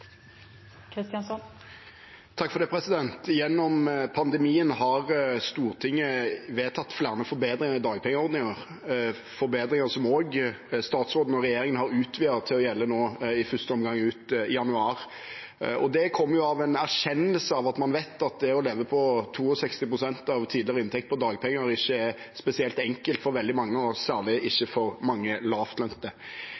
Gjennom pandemien har Stortinget vedtatt flere forbedringer i dagpengeordningen, forbedringer som også statsråden og regjeringen har utvidet til å gjelde i første omgang ut januar. Det kommer av en erkjennelse av at man vet at det å leve på 62 pst. av tidligere inntekt i dagpenger ikke er spesielt enkelt for veldig mange, særlig ikke